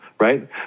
Right